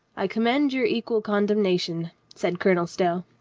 i commend your equal condemnation, said colonel stow.